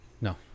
no